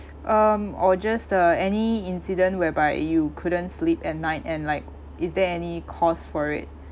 um or just uh any incident whereby you couldn't sleep at night and like is there any cause for it